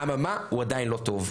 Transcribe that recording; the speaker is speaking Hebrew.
אבל מה הוא עדיין לא טוב,